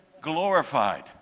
glorified